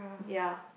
ya